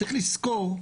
צריך לזכור,